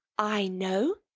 i know!